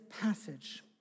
passage